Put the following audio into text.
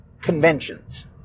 conventions